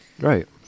Right